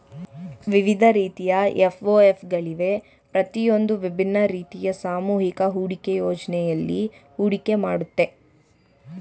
ವಿವಿಧ ರೀತಿಯ ಎಫ್.ಒ.ಎಫ್ ಗಳಿವೆ ಪ್ರತಿಯೊಂದೂ ವಿಭಿನ್ನ ರೀತಿಯ ಸಾಮೂಹಿಕ ಹೂಡಿಕೆ ಯೋಜ್ನೆಯಲ್ಲಿ ಹೂಡಿಕೆ ಮಾಡುತ್ತೆ